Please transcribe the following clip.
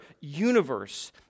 universe